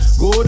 go